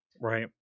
Right